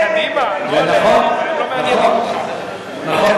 אבל באיזה, זה גם עובר על, קדימה, זה נכון, נכון.